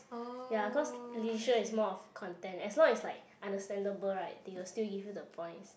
ya cause leisure is more of content as long as like understandable right they will still give you the points